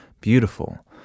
beautiful